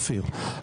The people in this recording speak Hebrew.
אופיר,